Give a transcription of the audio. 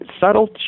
subtle